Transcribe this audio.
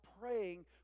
praying